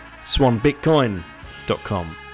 swanbitcoin.com